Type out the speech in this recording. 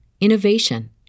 innovation